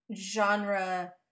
genre